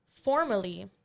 formally